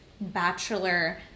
bachelor